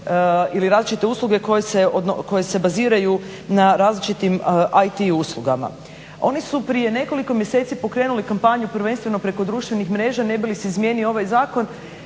ili različite usluge koje se baziraju na različitim IT uslugama. Oni su prije nekoliko mjeseci pokrenuli kampanju prvenstveno preko društvenih mreža ne bi li se izmijenio ovaj zakon,